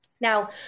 Now